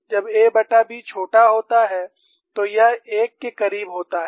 जब aबी छोटा होता है तो यह 1 के करीब होता है